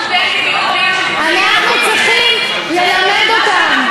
סטודנטים יהודים, אנחנו צריכים ללמד אותם.